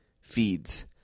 feeds